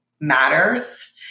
matters